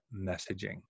messaging